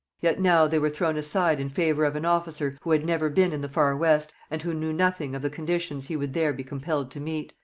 yet now they were thrown aside in favour of an officer who had never been in the far west and who knew nothing of the conditions he would there be compelled to meet.